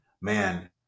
man